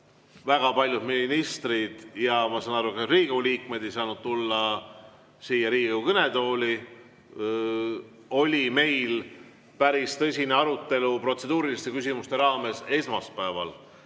väga paljud ministrid ja ma saan aru, et ka Riigikogu liikmed, ei saanud tulla siia Riigikogu kõnetooli. Meil oli päris tõsine arutelu protseduuriliste küsimuste raames esmaspäeval.